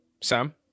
sam